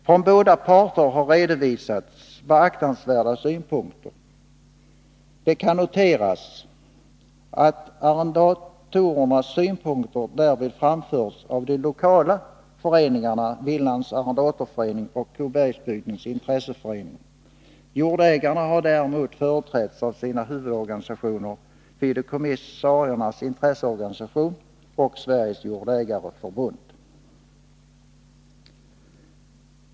Från båda parter har redovisats beaktansvärda synpunkter. Det kan noteras att arrendatorernas synpunkter därvid framförts av de lokala föreningarna Willands arrendatorförening och Kobergsbygdens intresseförening. Jordägarna har däremot företrätts av sina huvudorganisationer Fideikommissariernas intresseorganisation och Sveriges jordägareförbund.